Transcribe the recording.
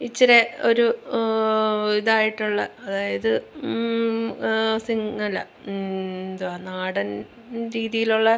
ഇച്ചിരെ ഒരു ഇതായിട്ടുള്ള അതായത് സി അല്ല എന്തുവാ നാടൻ രീതിയിലുള്ള